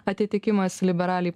atitikimas liberaliai